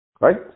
right